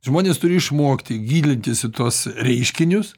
žmonės turi išmokti gilintis į tuos reiškinius